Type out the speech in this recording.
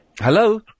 Hello